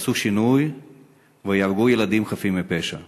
יעשו שינוי ויהרגו ילדים חפים מפשע.